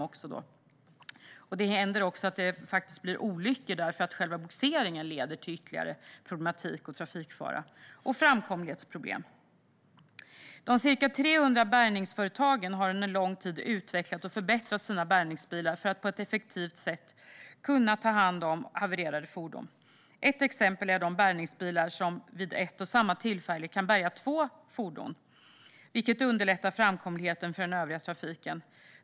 Det händer faktiskt också att det blir olyckor för att själva bogseringen leder till ytterligare problematik, trafikfara och framkomlighetsproblem. De ca 300 bärgningsföretagen har under en lång tid utvecklat och förbättrat sina bärgningsbilar för att på ett effektivt sätt kunna ta hand om havererade fordon. Ett exempel är de bärgningsbilar som vid ett och samma tillfälle kan bärga två fordon, vilket underlättar framkomligheten för den övriga trafiken.